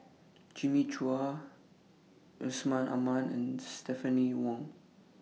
Jimmy Chua Yusman Aman and Stephanie Wong